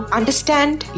understand